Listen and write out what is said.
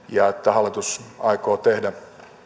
hallitus aikoo tehdä